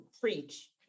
preach